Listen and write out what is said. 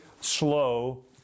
slow